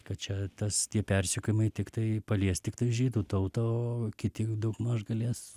kad čia tas tie persekiojimai tiktai palies tiktai žydų tautą o kiti daugmaž galės